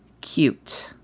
cute